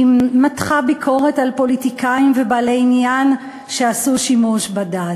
היא מתחה ביקורת על פוליטיקאים ובעלי עניין שעשו שימוש בדת,